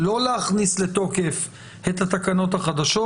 לא להכניס לתוקף את התקנות החדשות,